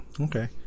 okay